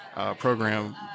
program